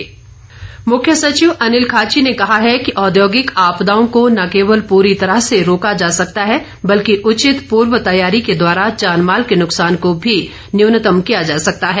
मुख्य सचिव मुख्य संचिव अनिल खाची ने कहा है कि औद्योगिक आपदाओं को न केवल पूरी तरह से रोका जा सकता है बल्कि उचित पूर्व तैयारी के द्वारा जानमाल के नुकसाान को मी न्यूनतम किया जा सकता है